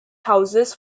houses